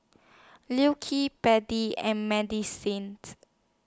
Liu Kee and medicines